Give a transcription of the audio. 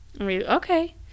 Okay